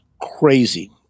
crazy